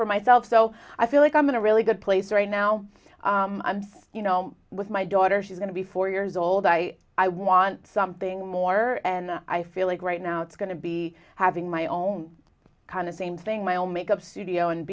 for myself so i feel like i'm in a really good place right now and you know with my daughter she's going to be four years old i i want something more and i feel like right now it's going to be having my own kind of same thing my own makeup studio and